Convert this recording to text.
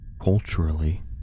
Culturally